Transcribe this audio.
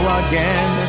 again